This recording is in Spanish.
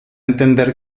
entender